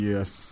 Yes